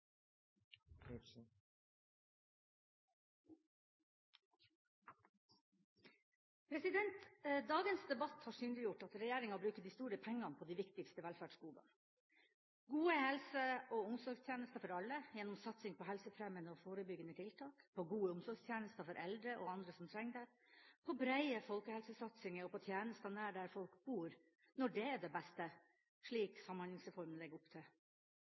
hverdag. Dagens debatt har synliggjort at regjeringa bruker de store pengene på de viktigste velferdsgodene: gode helse- og omsorgstjenester for alle gjennom satsing på helsefremmende og forebyggende tiltak, gode omsorgstjenester for eldre og andre som trenger det, breie folkehelsesatsinger og tjenester nær der folk bor, når det er det beste – slik Samhandlingsreformen legger opp til.